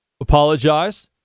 apologize